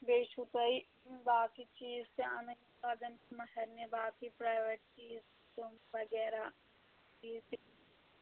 بیٚیہِ چھُو تۄہہِ باقٕے چیٖز تہِ اَنٕنۍ یِم لگان چھِ مہرنہِ باقٕے پَرٛایوَیٹ چیٖز تِم وغیرہ چیٖز تہِ